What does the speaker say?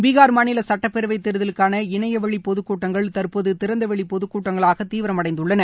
பீகா் மாநில சட்டப்பேரவைத் தேர்தலுக்கான இணையவழிப் பொதுக்கூட்டங்கள் தற்போது திறந்தவெளி பொதுக்கூட்டங்களாக தீவிரமடைந்துள்ளன